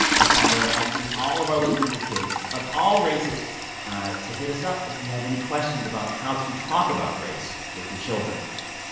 this time, we are asking all of our listeners with kids of all races to hit us up if you have any questions about how to talk about race with your children.